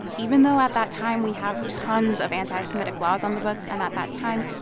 even though at that time, we have tons of anti-semitic laws on the books. and at that time,